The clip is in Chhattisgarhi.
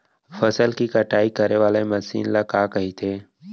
फसल की कटाई करे वाले मशीन ल का कइथे?